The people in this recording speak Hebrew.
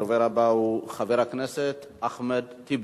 הוא שומע אותך גם, כן?